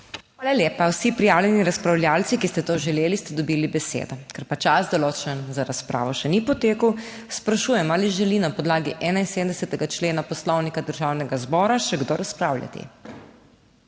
Hvala lepa. Vsi prijavljeni razpravljavci, ki ste to želeli, ste dobili besedo. Ker pa čas določen za razpravo še ni potekel, sprašujem ali želi na podlagi 71. člena Poslovnika Državnega zbora še kdo razpravljati?